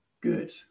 good